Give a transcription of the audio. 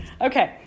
Okay